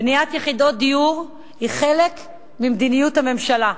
בניית יחידות דיור היא חלק ממדיניות הממשלה.